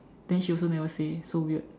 then she also never say so weird